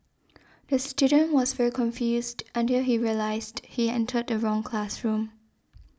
the student was very confused until he realised he entered the wrong classroom